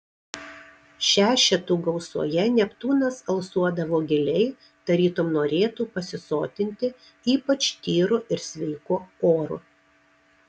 šešetų gausoje neptūnas alsuodavo giliai tarytum norėtų pasisotinti ypač tyru ir sveiku oru